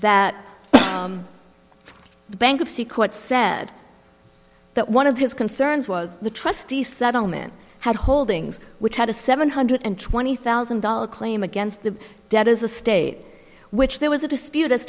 that the bankruptcy court said that one of his concerns was the trustee settlement had holdings which had a seven hundred twenty thousand dollars claim against the debt as a state which there was a dispute as